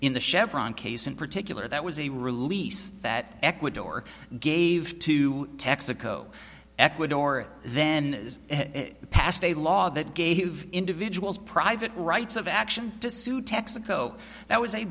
in the chevron case in particular that was a release that ecuador gave to texaco ecuador then as it passed a law that gave individuals private rights of action to sue texaco that was a